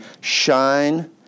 shine